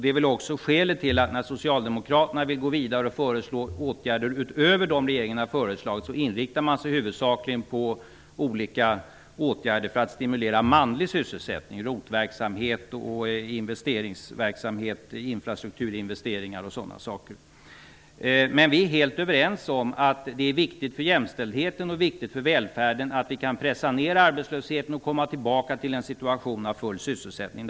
Det är väl också skälet till att socialdemokraterna huvudsakligen inriktar sig på olika åtgärder för att stimulera manlig sysselsättning -- t.ex. ROT verksamhet och infrastrukturinvesteringar -- när de vill gå vidare och föreslå åtgärder utöver dem regeringen har föreslagit. Vi är helt överens om att det är viktigt för jämställdheten och för välfärden att vi kan pressa ned arbetslösheten och komma tillbaka till en situation av full sysselsättning.